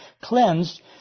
cleansed